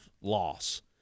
loss